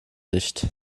nicht